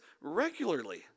regularly